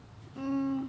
hmm